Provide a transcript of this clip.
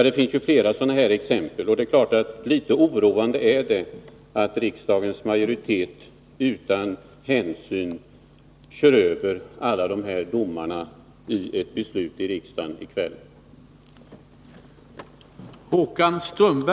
Det finns flera exempel. Litet oroande är det att riksdagens majoritet genom ett beslut i kväll utan hänsyn kör över alla dessa domar.